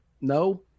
no